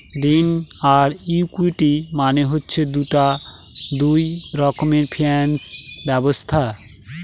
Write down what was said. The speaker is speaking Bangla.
ঋণ আর ইকুইটি মানে হচ্ছে দুটা দুই রকমের ফিনান্স ব্যবস্থা